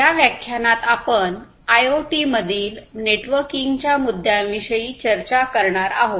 या व्याख्यानात आपण आयओटीमधील नेटवर्किंग च्या मुद्द्यांविषयी चर्चा करणार आहोत